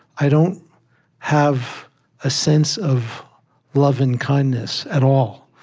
i don't have a sense of love and kindness at all.